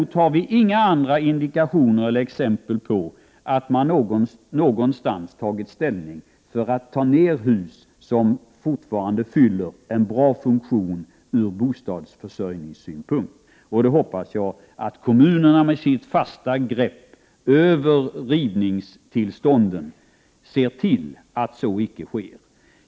Vi har däremot inga andra indikationer eller exempel på att man någonstans beslutat sig för att riva hus som fortfarande har en bra funktion ur bostadsförsörjningssynpunkt. Jag hoppas att kommunerna med sitt fasta grepp över rivningstillstånden ser till att så icke sker.